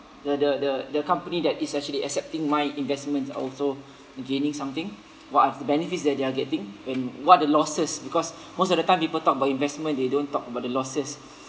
the the the the company that is actually accepting my investments are also gaining something what are the benefits that they're getting and what the losses because most of the time people talk about investment they don't talk about the losses